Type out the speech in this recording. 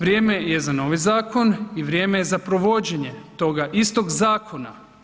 Vrijeme je za novi zakon i vrijeme je za provođenje toga istog zakona.